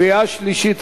קריאה שלישית,